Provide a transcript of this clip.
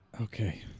Okay